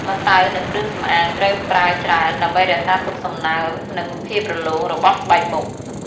ម្សៅនិងគ្រឿងសំអាងត្រូវប្រើច្រើន ដើម្បីរក្សាទុកសំណើម និងភាពរលោងរបស់ស្បែកមុខ។